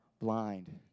blind